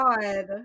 God